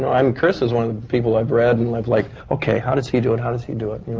know, and um chris is one of the people i've read and i've like. okay, how does he do it? how does he do it?